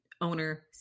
owner